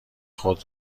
خود